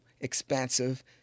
expansive